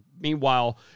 meanwhile